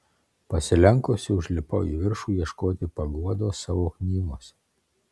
pasilenkusi užlipau į viršų ieškoti paguodos savo knygose